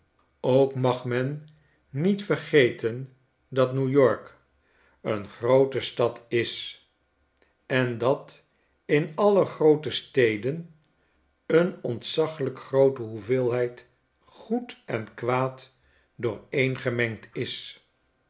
ook mag men niet vergeten dat new york een groote stad is en dat in alle groote steden een ontzaglijk groote hoeveelheid goed en kwaad dooreengemengd is